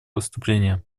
выступления